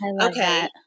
Okay